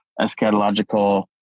eschatological